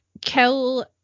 kill